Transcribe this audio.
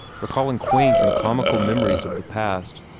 recalling quaint and comical memories of the past,